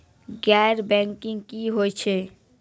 गैर बैंकिंग की होय छै?